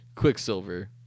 Quicksilver